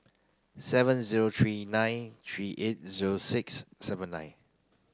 seven zero three nine three eight zero six seven nine